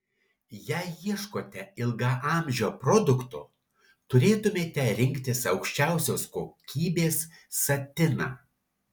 jei ieškote ilgaamžio produkto turėtumėte rinktis aukščiausios kokybės satiną